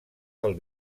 del